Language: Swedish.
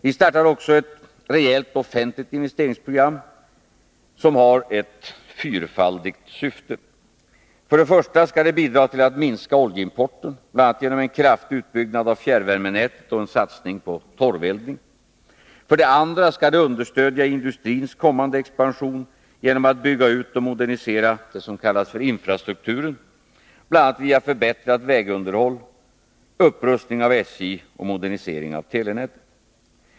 Vi startar också ett rejält offentligt investeringsprogram som har ett fyrfaldigt syfte. För det första skall det bidra till att minska oljeimporten, bl.a. genom en kraftig utbyggnad av fjärrvärmenätet och en satsning på torveldning. För det andra skall det understödja industrins kommande expansion genom att bygga ut och modernisera det som kallas för infrastrukturen, bl.a. via förbättrat vägunderhåll, upprustning av SJ och modernisering av telenätet.